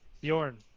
Bjorn